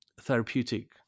therapeutic